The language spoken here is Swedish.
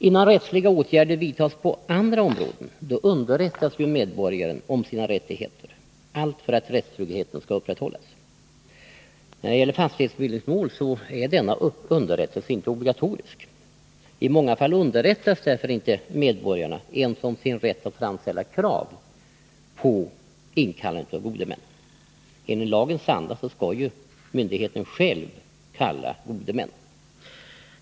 Innan rättsliga åtgärder vidtas på andra områden underrättas medborgaren om sina rättigheter, allt för att rättstryggheten skall upprätthållas. När det gäller fastighetsbildningsmål är denna underrättelse inte obligatorisk. I många fall underrättas därför inte medborgarna ens om sin rätt att framställa krav på inkallande av gode män. Enligt lagens anda skall ju myndigheten själv kalla gode män.